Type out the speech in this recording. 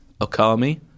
Okami